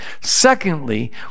secondly